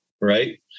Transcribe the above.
right